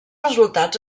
resultats